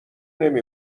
نمی